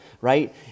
right